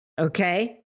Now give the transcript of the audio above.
okay